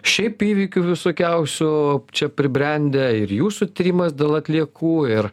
šiaip įvykių visokiausių čia pribrendę ir jūsų tyrimas dėl atliekų ir